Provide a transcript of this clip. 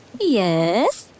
Yes